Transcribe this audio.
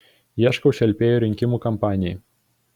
ieškau šelpėjų rinkimų kampanijai